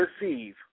receive